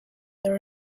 there